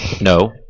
no